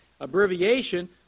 abbreviation